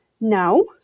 No